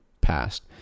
passed